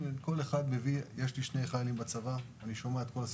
יש לי שני חיילים בצבא ואני שומע את כל הסיפורים,